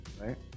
right